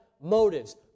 motives